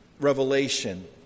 revelation